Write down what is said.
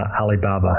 Alibaba